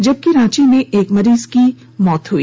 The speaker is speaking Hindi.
जबकि रांची में एक मरीज की मौत हुई